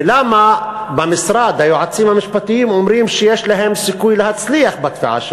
ולמה במשרד היועצים המשפטיים אומרים שיש להם סיכוי להצליח בתביעה שלהם.